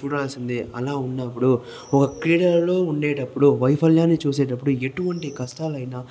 చూడాల్సిందే అలా ఉన్నప్పుడు ఒక క్రీడలలో ఉండేటప్పుడు వైఫల్యాన్ని చూసేటప్పుడు ఎటువంటి కష్టాలైనా